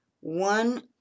one